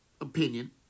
opinion